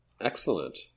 Excellent